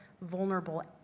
vulnerable